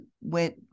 went